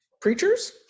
preachers